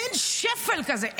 אין שפל כזה,